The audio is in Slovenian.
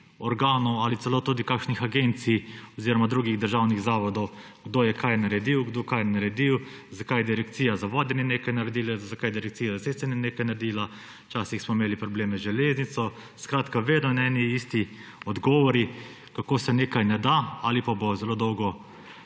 ali celo tudi kakšnih agencij oziroma drugih državnih zavodov, kdo je kaj naredil, kdo česa ni naredil, zakaj Direkcija za vode ni nekaj naredila, zakaj Direkcija za ceste ni nekaj naredila, včasih smo imeli probleme z železnico; skratka vedno en in isti odgovori, kako se nekaj ne da ali pa bo zelo dolgo